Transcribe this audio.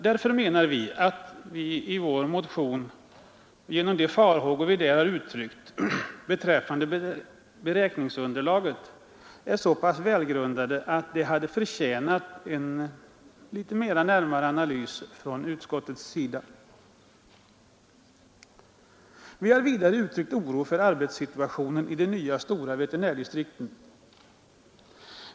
Därför menar vi att våra i motionen uttryckta farhågor beträffande beräkningsunderlaget är välgrundade och hade förtjänat en utförligare analys från utskottets sida. Vidare har vi uttryckt oro för arbetssituationen i de nya stora veterinärdistrikten.